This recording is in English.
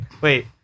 Wait